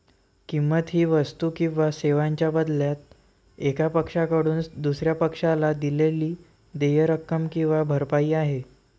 किंमत ही वस्तू किंवा सेवांच्या बदल्यात एका पक्षाकडून दुसर्या पक्षाला दिलेली देय रक्कम किंवा भरपाई आहे